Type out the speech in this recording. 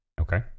Okay